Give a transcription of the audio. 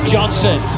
Johnson